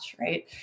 Right